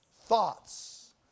thoughts